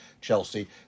Chelsea